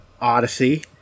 Odyssey